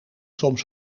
soms